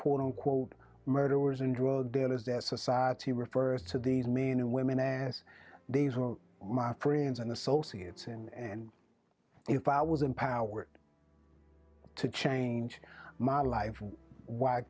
quote unquote murderers and drug dealers that society refers to these men and women as days were my friends and associates and if i was empowered to change my life why